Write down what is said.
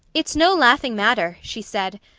it's no laughing matter, she said.